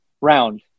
round